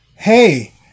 Hey